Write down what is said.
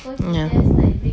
mm ya